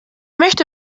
möchte